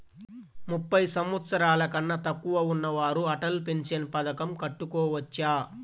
ముప్పై సంవత్సరాలకన్నా తక్కువ ఉన్నవారు అటల్ పెన్షన్ పథకం కట్టుకోవచ్చా?